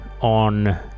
on